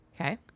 Okay